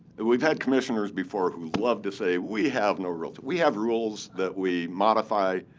we've had commissioners before who love to say we have no rules. we have rules that we modify,